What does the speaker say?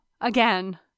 again